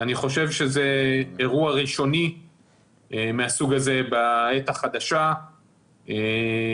אני חושב שזה אירוע ראשוני מהסוג הזה בעת החדשה לכולנו,